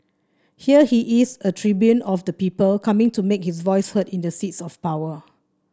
here he is a tribune of the people coming to make his voice heard in the seats of power